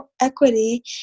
equity